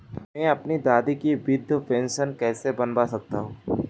मैं अपनी दादी की वृद्ध पेंशन कैसे बनवा सकता हूँ?